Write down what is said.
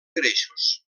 greixos